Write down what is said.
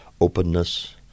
openness